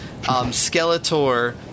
Skeletor